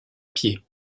pied